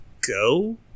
go